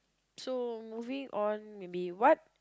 so moving on maybe what